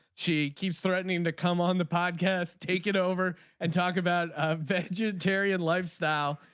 she keeps threatening to come on the podcast take it over and talk about vegetarian lifestyle.